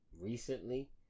Recently